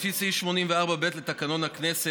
לפי סעיף 84(ב) לתקנון הכנסת,